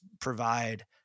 provide